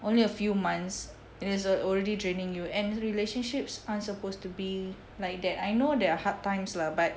only a few months it is already draining you and relationships aren't supposed to be like that I know there are hard times lah but